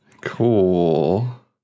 cool